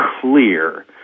clear